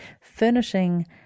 furnishing